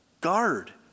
guard